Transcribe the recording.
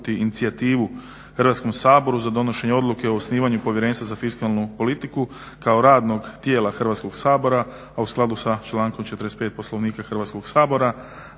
Hrvatskom saboru za donošenje Odluke o osnivanju Povjerenstva za fiskalnu politiku kao radnog tijela Hrvatskog sabora, a u skladu sa člankom 45. Poslovnika Hrvatskog sabora